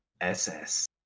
SS